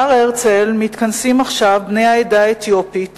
בהר-הרצל מתכנסים עכשיו בני העדה האתיופית